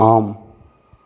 ஆம்